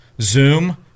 Zoom